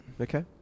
Okay